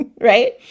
right